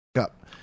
up